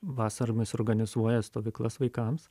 vasaromis organizuoja stovyklas vaikams